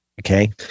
Okay